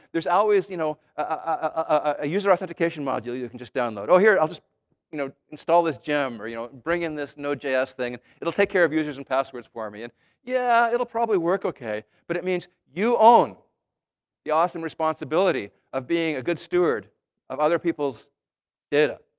there's always you know a user authentication module you can just download. oh, here, i'll just you know install this gem or you know bring in this no-js thing, it'll take care of users and passwords for me. and yeah, it'll probably work ok. but it means you own the awesome responsibility of being a good steward of other people's data.